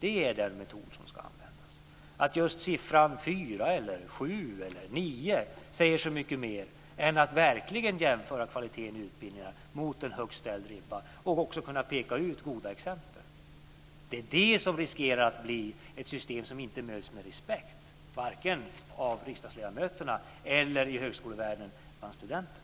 är den metod som ska användas, att just siffran 4, 7 eller 9 säger så mycket mer än om man verkligen jämför kvaliteten i utbildningarna mot en högt ställd ribba och också kan peka ut goda exempel. Det är det som riskerar att bli ett system som inte möts med respekt, vare sig av riksdagsledamöterna eller i högskolevärlden bland studenterna.